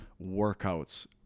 workouts